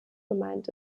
gemeint